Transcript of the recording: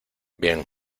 bien